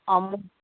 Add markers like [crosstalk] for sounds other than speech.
[unintelligible]